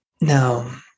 Now